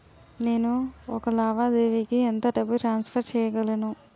నేను ఒక లావాదేవీకి ఎంత డబ్బు ట్రాన్సఫర్ చేయగలను?